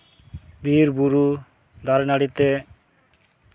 ᱵᱤᱨᱼᱵᱩᱨᱩ ᱫᱟᱨᱮᱼᱱᱟᱹᱲᱤ ᱛᱮ